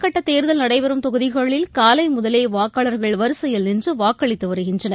கட்டதேர்தல் நடைபெறும் தொகுதிகளில் காலைமுதலேவாக்காளர்கள் முதல் வரிசையில் நின்றுவாக்களித்துவருகின்றனர்